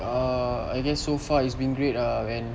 uh I guess so far it's been great ah when